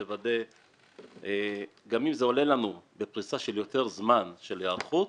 גם אם זה עולה ביותר זמן היערכות,